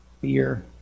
fear